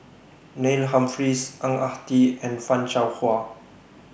Neil Humphreys Ang Ah Tee and fan Shao Hua